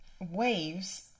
waves